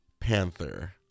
Panther